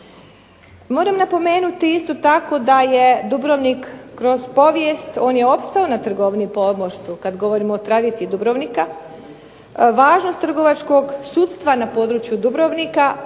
Moram napomenuti isto tako da je Dubrovnik kroz povijest, on je opstao na trgovini pomorstvu, kad govorimo o tradiciji Dubrovnika, važnost trgovačkog sudstva na području Dubrovnika